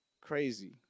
Crazy